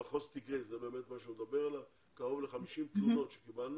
לגבי מחוז טיגרין, קרוב ל-50 תלונות שקיבלנו.